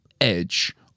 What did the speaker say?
edge